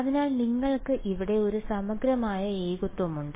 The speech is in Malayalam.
അതിനാൽ നിങ്ങൾക്ക് ഇവിടെ ഒരു സമഗ്രമായ ഏകത്വമുണ്ട്